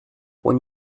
when